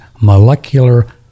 molecular